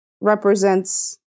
represents